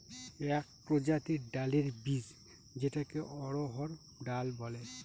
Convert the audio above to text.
এক প্রজাতির ডালের বীজ যেটাকে অড়হর ডাল বলে